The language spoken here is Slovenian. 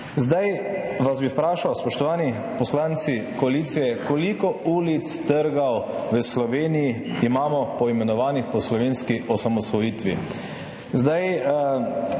Zdaj bi vas vprašal, spoštovani poslanci koalicije, koliko ulic, trgov v Sloveniji imamo poimenovanih po slovenski osamosvojitvi? V